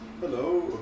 Hello